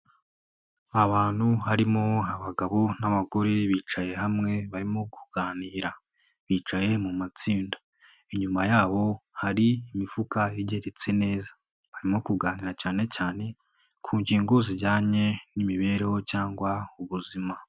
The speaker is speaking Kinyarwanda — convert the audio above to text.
Abantu harimo abagabo n'abagore bicaye hamwe barimo kuganira, bicaye mu matsinda, inyuma yabo hari imifuka igeretse neza. Barimo kuganira cyane cyane ku ngingo zijyanye n'imibereho cyangwa ubuzima.